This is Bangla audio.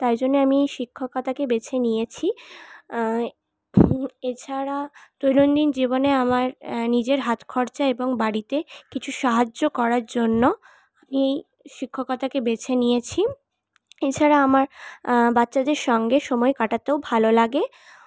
তাই জন্য আমি এই শিক্ষকতাকে বেছে নিয়েছি এছাড়া দৈনন্দিন জীবনে আমার নিজের হাত খরচা এবং বাড়িতে কিছু সাহায্য করার জন্য আমি শিক্ষকতাকে বেছে নিয়েছি এছাড়া আমার বাচ্চাদের সঙ্গে সময় কাটাতেও ভালো লাগে